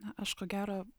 na aš ko gero